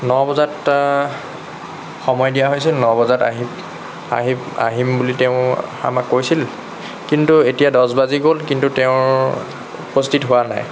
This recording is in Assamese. ন বজাত সময় দিয়া হৈছিল ন বজাত আহি আহি আহিম বুলি তেওঁ আমাক কৈছিল কিন্তু এতিয়া দহ বাজি গ'ল কিন্তু তেওঁ উপস্থিত হোৱা নাই